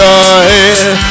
ahead